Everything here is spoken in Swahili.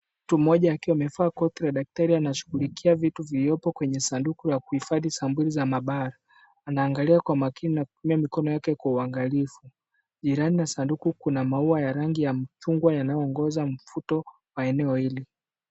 Mtu mmoja akiwa amevaa koti la daktari anashughulikia vitu viliopo kwenye sanduku la kuhifadhi sampuli za maabara anaangalia kwa makini na kutumia mikono yake kwa uangalifu jirani na sanduku kuna maua ya rangi ya mchungwa yanayoongoza mvuto wa eneo hili.